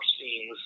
scenes